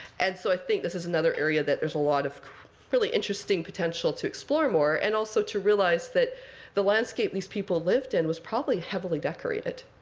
and so i think this is another area that there's a lot of really interesting potential to explore more, and also to realize that the landscape these people lived in and was probably heavily decorated.